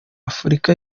afurika